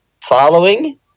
following